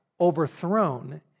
overthrown